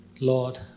Lord